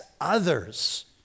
others